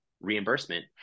reimbursement